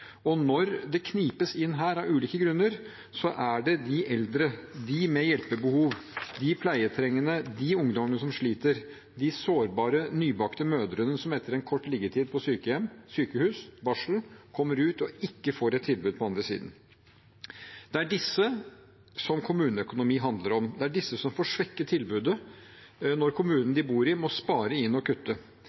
Når det knipes inn her av ulike grunner, er det de eldre, de med hjelpebehov, de pleietrengende, de ungdommene som sliter, de sårbare, nybakte mødrene som etter en kort liggetid på sykehus, barsel, kommer ut og ikke får et tilbud på den andre siden. Det er disse kommuneøkonomi handler om. Det er disse som får svekket tilbudet når kommunen de bor i, må spare inn og kutte,